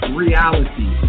reality